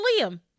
liam